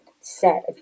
set